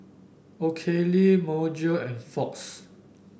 Oakley Myojo and Fox